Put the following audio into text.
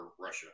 russia